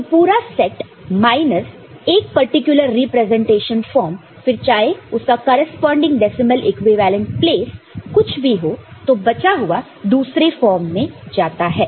तो पूरा set minus एक पर्टिकुलर रिप्रेजेंटेशन फॉर्म फिर चाहे उसका करेस्पॉन्डिंग डेसिमल इक्विवेलेंट प्लेस कुछ भी हो तो बचा हुआ दूसरे फॉर्म में जाता है